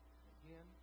again